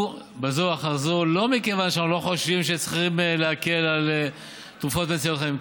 זו לא מכיוון שאנחנו לא חושבים שצריכים להקל בתרופות מצילות חיים,